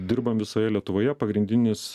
dirbam visoje lietuvoje pagrindinis